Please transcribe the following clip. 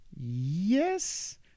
Yes